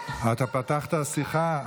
אתה פתחת שיחה?